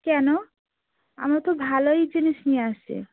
কেন আমরা তো ভালোই জিনিস নিয়ে আসি